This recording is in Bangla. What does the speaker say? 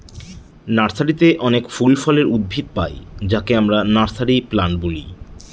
নার্সারিতে অনেক ফল ফুলের উদ্ভিদ পাই যাকে আমরা নার্সারি প্লান্ট বলি